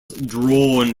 drawn